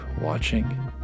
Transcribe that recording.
watching